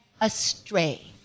astray